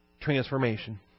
transformation